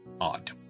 Odd